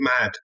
mad